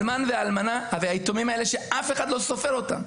האלמן והאלמנה והיתומים האלה שאף אחד לא סופר אותם,